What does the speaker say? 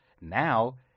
Now